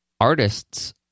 artists –